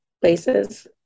places